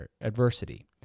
adversity